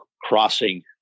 crossing